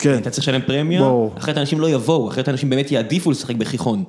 כן, אתה צריך לשלם פרמיה, אחרת האנשים לא יבואו, אחרת האנשים באמת יעדיףו לשחק בכיכון.